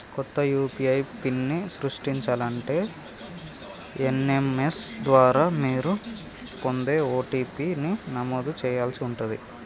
కొత్త యూ.పీ.ఐ పిన్ని సృష్టించాలంటే ఎస్.ఎం.ఎస్ ద్వారా మీరు పొందే ఓ.టీ.పీ ని నమోదు చేయాల్సి ఉంటాది